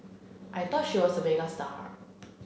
I thought she was a megastar